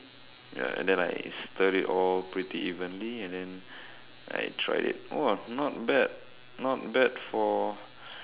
ya and then I spread it all pretty evenly and then I tried it !wah! not bad not bad for